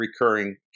recurring